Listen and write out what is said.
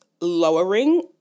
lowering